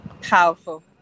Powerful